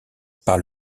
par